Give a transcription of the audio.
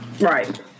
Right